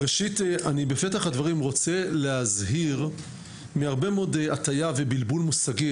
בפתח הדברים אני רוצה להזהיר מהרבה מאוד הטעיה ובלבול מושגים.